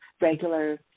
regular